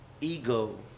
ego